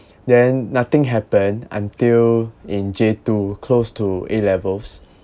then nothing happened until in J two close to A levels